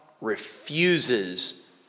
refuses